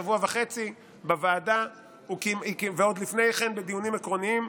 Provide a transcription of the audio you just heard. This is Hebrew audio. שבוע וחצי בוועדה ועוד לפני כן בדיונים עקרוניים,